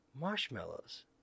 Marshmallows